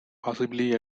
possibly